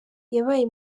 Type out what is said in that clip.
yabaye